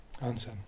Answer